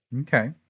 Okay